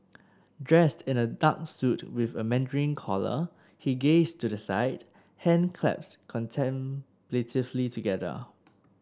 dressed in a dark suit with a mandarin collar he gazed to the side hand clasped contemplatively together